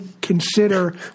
consider